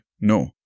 No